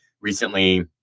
Recently